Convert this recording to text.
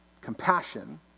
Compassion